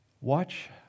watch